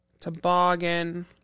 Toboggan